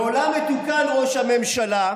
בעולם מתוקן ראש הממשלה,